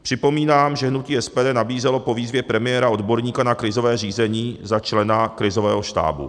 Připomínám, že hnutí SPD nabízelo po výzvě premiéra odborníka na krizové řízení za člena krizového štábu.